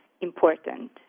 important